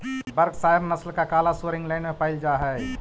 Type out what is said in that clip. Berkshire नस्ल का काला सुअर इंग्लैण्ड में पायिल जा हई